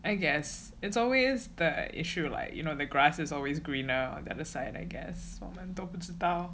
I guess it's always the issue like you know the grass is always greener on the other side I guess 我们都不知道